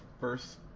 first